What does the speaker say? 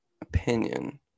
opinion